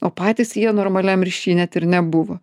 o patys jie normaliam ryšy net ir nebuvo